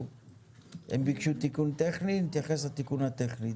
הם ביקשו תיקון טכני, נתייחס לתיקון הטכני.